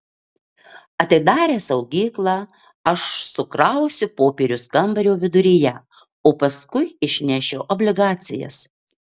atidaręs saugyklą aš sukrausiu popierius kambario viduryje o paskui išnešiu obligacijas